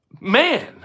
Man